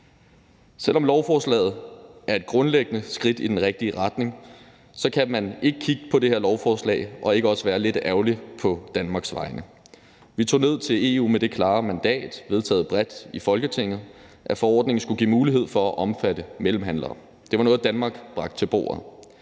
Selv om lovforslaget grundlæggende er et skridt i den rigtige retning, kan man ikke kigge på det her lovforslag og ikke også være lidt ærgerlig på Danmarks vegne. Vi tog ned til EU med det klare mandat, vedtaget bredt i Folketinget, at forordningen skulle give mulighed for at omfatte mellemhandlere – det var noget, Danmark bragte til bordet